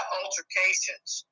altercations